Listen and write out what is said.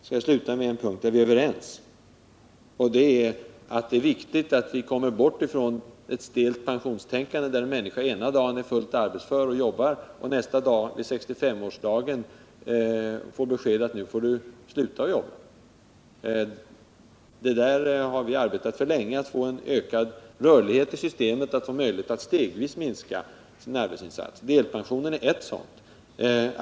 Jag vill sluta med en punkt där vi är överens: Det är viktigt att vi kommer bort ifrån det stela pensionstänkande som innebär att en människa ena dagen är fullt arbetsför men nästa dag — 65-årsdagen — får besked om att nu måste hon sluta jobba. Vi har länge arbetat för en ökad rörlighet i systemet som ger möjlighet att stegvis minska sin arbetsinsats. Delpensionen är en åtgärd i den riktningen.